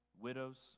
Widows